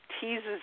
teases